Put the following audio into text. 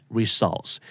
results